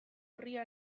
urria